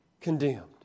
condemned